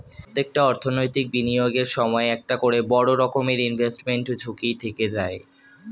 প্রত্যেকটা অর্থনৈতিক বিনিয়োগের সময় একটা করে বড় রকমের ইনভেস্টমেন্ট ঝুঁকি থেকে যায়